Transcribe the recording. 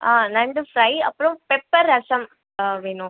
ஆ நண்டு ஃப்ரை அப்புறம் பெப்பர் ரசம் வேணும்